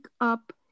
up